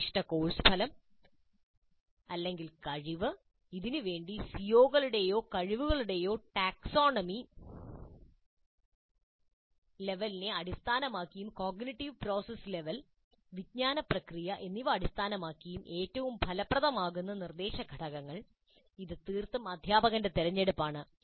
നിർദ്ദിഷ്ട കോഴ്സ് ഫലം കഴിവ് ഇതിനു വേണ്ടി സിഒകളുടെയോ കഴിവുകളുടെയോ ടാക്സോണമി ലെവലിനെ അടിസ്ഥാനമാക്കിയും കോഗ്നിറ്റീവ് പ്രോസസ് ലെവൽ വിജ്ഞാന പ്രക്രിയ എന്നിവ അടിസ്ഥാനമാക്കിയും ഏറ്റവും ഫലപ്രദമാകുന്ന നിർദ്ദേശഘടകങ്ങൾ ഇത് തീർത്തും അധ്യാപകന്റെ തിരഞ്ഞെടുപ്പാണ്